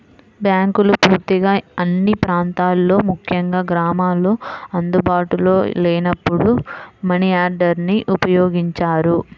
బ్యాంకులు పూర్తిగా అన్ని ప్రాంతాల్లో ముఖ్యంగా గ్రామాల్లో అందుబాటులో లేనప్పుడు మనియార్డర్ని ఉపయోగించారు